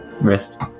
wrist